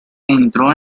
entró